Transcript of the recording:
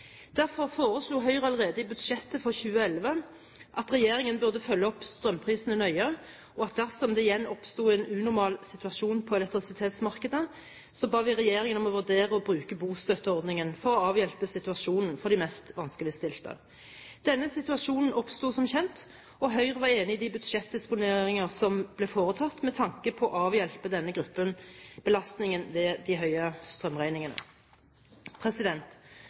Derfor foreslo Høyre allerede i budsjettet for 2011 at regjeringen burde følge opp strømprisene nøye, og vi ba regjeringen om, dersom det igjen oppsto en unormal situasjon på elektrisitetsmarkedet, å vurdere å bruke bostøtteordningen for å avhjelpe situasjonen for de mest vanskeligstilte. Denne situasjonen oppsto som kjent, og Høyre var enig i de budsjettdisposisjoner som ble foretatt med tanke på å avhjelpe denne gruppen belastningen ved de høye strømregningene.